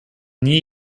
nie